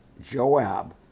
Joab